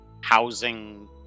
housing